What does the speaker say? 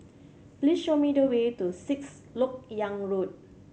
please show me the way to Sixth Lok Yang Road